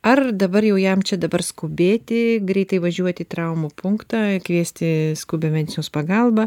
ar dabar jau jam čia dabar skubėti greitai važiuot į traumų punktą kviesti skubią medicinos pagalbą